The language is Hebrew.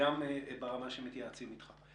וגם ברמה שמתייעצים אתך.